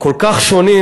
כל כך שונים,